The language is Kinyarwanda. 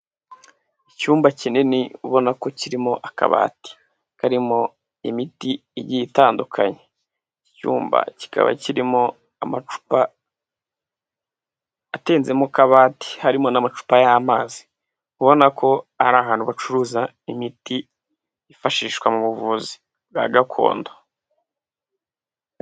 Icyumba kinini ubona ko kirimo akabati, karimo imiti igiye itandukanye, iki cyumba kikaba kirimo amacupa atenze mu kabati harimo n'amacupa y'amazi, ubona ko ari ahantu bacuruza imiti yifashishwa mu buvuzi bwa gakondo.